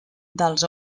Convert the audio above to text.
dels